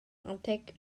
adeg